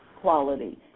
quality